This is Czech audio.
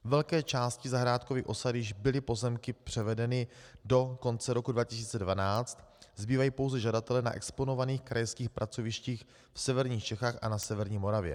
Velké části zahrádkových osad již byly pozemky převedeny do konce roku 2012, zbývají pouze žadatelé na exponovaných krajských pracovištích v severních Čechách a na severní Moravě.